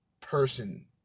person